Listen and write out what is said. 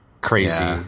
crazy